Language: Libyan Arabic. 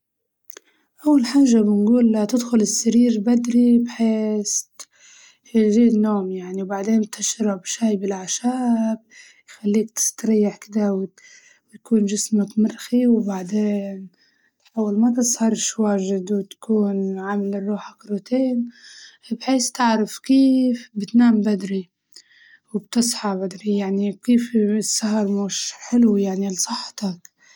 أول حاجة بنقول لا تدخل السرير بدري بحيس يجييه النوم يعني، وبعدين تشرب شاي بالأعشاب يخليك تستريح كدة و ويكون جسمك مرخي، وبعدين تحاول ما تسهرش واجد وتكون عامل لروحك روتين بحيس تعرف كيف بتنام بدري، وبتصحى بدري يعني كيف السهر مش حلو يعني لصحتك.